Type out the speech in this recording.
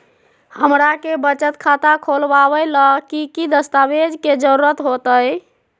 हमरा के बचत खाता खोलबाबे ला की की दस्तावेज के जरूरत होतई?